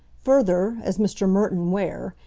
further, as mr. merton ware,